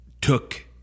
took